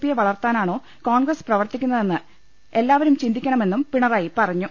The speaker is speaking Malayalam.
പിയെ വളർത്താനാണോ കോൺഗ്രസ് പ്രവർത്തിക്കുന്നതെന്ന് എല്ലാവരും ചിന്തിക്കണമെന്നും പിണറായി പറഞ്ഞു